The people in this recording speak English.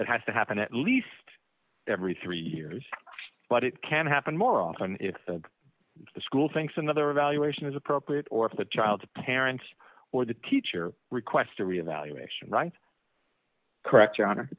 that has to happen at least every three years but it can happen more often if the school thinks another evaluation is appropriate or if the child's parents or the teacher requests to reevaluation right correct your honor